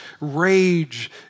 Rage